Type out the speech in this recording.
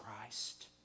Christ